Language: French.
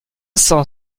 cent